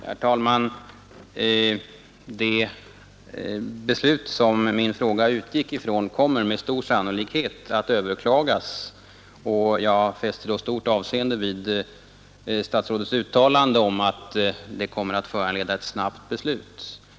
Herr talman! Det beslut som min fråga utgick från kommer med stor sannolikhet att överklagas, och jag fäster då stort avseende vid statsrådets uttalande om att det kommer att föranleda ett snabbt beslut.